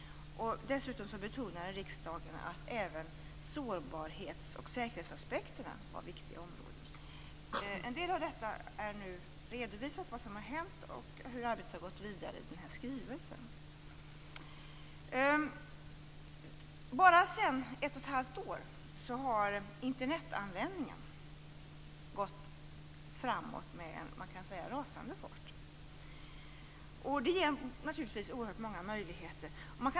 Dessutom betonade riksdagen att även sårbarhets och säkerhetsaspekterna var viktiga områden. En del av vad som har hänt och hur arbetet har gått vidare har redovisats i skrivelsen. Sedan ett och ett halvt år har användningen av Internet gått framåt med rasande fart. Det ger naturligtvis oerhört många möjligheter.